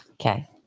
Okay